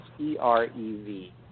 E-R-E-V